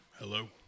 Hello